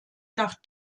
nach